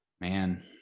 Man